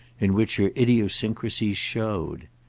in which her idiosyncrasies showed.